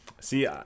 See